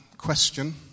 question